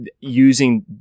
using